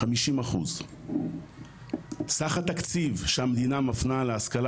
50%. סך התקציב שהמדינה מפנה להשכלה